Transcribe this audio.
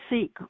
seek